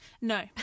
No